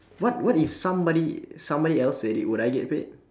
what what if somebody somebody else say it will I get paid